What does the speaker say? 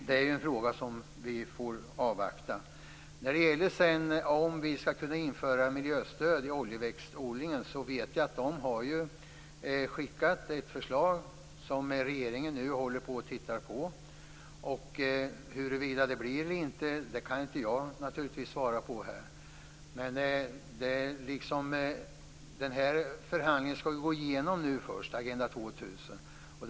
Det är en fråga där vi får avvakta. I fråga om att införa miljöstöd i oljeväxtodlingen vet jag att man har skickat ett förslag som regeringen nu tittar på. Huruvida det blir så eller inte kan naturligtvis inte jag svara på. Förhandlingen om Agenda 2000 skall först gå igenom.